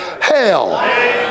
hell